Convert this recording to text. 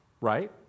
Right